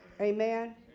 Amen